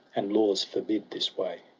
and laws forbid this way.